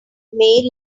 made